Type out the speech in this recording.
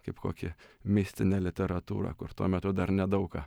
kaip kokį mistinę literatūrą kur tuo metu dar nedaug ką